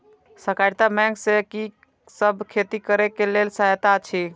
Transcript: सहकारिता बैंक से कि सब खेती करे के लेल सहायता अछि?